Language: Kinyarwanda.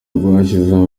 rwashyiriweho